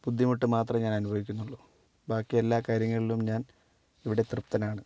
ബുദ്ധിമുട്ട് മാത്രമേ ഞാൻ അനുഭവിക്കുന്നുള്ളു ബാക്കി എല്ലാ കാര്യങ്ങളിലും ഞാൻ ഇവിടെ തൃപ്തനാണ്